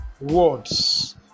words